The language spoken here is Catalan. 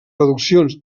reduccions